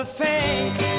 face